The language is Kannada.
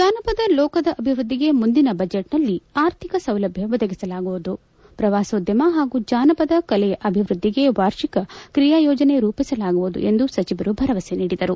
ಜಾನಪದ ಲೋಕದ ಅಭಿವೃದ್ಧಿಗೆ ಮುಂದಿನ ಬಜೆಟ್ನಲ್ಲಿ ಆರ್ಥಿಕ ಸೌಲಭ್ಯ ಒದಗಿಸಲಾಗುವುದು ಪ್ರವಾಸೋದ್ಯಮ ಹಾಗೂ ಜಾನಪದ ಕಲೆಯ ಅಭಿವೃದ್ಧಿಗೆ ವಾರ್ಷಿಕ ಕ್ರಿಯಾ ಯೋಜನೆ ರೂಪಿಸಲಾಗುವುದು ಎಂದು ಸಚಿವರು ಭರವಸೆ ನೀಡಿದರು